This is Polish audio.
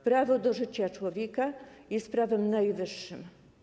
Prawo do życia człowieka jest prawem najwyższym.